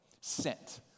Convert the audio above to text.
Sent